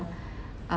uh